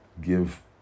give